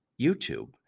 YouTube